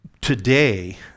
today